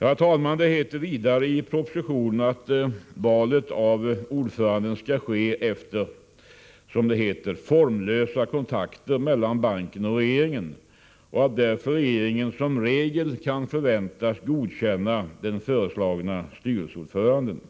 Herr talman! Vidare heter det i propositionen att valet ay:on föranden garantigivning, skall ske efter formlösa kontakter mellan banken och regeringen, varför ER. regeringen som regel kan förväntas godkänna den föreslagna styrelseordföranden.